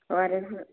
O R S